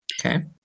Okay